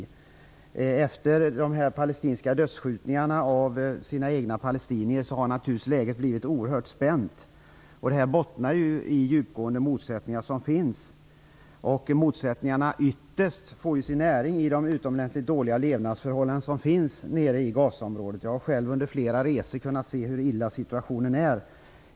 Efter de palestinska dödsskjutningarna av palestinier har naturligtvis läget blivit oerhört spänt. Detta bottnar i djupgående motsättningar, vilka ytterst får sin näring i de utomordentligt dåliga levnadsförhållandena i Gazaområdet; jag har själv under flera resor kunnat se hur illa det är.